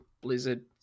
Blizzard